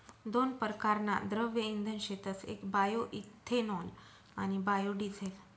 दोन परकारना द्रव्य इंधन शेतस येक बायोइथेनॉल आणि बायोडिझेल